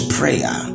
prayer